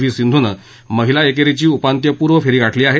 V सिंधूनं महिला एकेरीची उपान्त्यपूर्व फेरी गाठली आहे